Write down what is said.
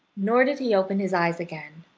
nor did he open his eyes again,